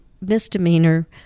misdemeanor